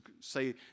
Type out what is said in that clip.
say